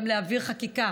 גם להעביר חקיקה.